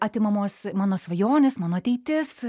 atimamos mano svajonės mano ateitis